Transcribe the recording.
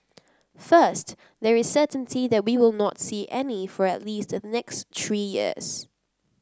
first there is certainty that we will not see any for at least the next three years